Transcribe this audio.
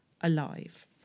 alive